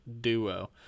duo